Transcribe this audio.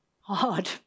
Hard